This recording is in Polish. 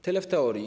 Tyle w teorii.